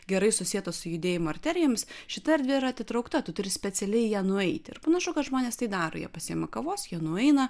gerai susietos su judėjimo arterijomis šita erdvė yra atitraukta tu turi specialiai į ją nueiti ir panašu kad žmonės tai daro jie pasiima kavos jie nueina